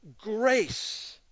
grace